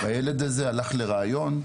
והילד הזה הלך לראיון,